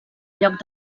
lloc